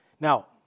Now